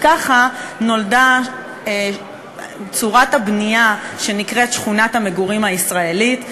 ככה נולדה צורת הבנייה שנקראת "שכונת המגורים הישראלית",